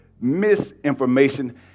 misinformation